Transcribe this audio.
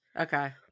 Okay